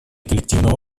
коллективного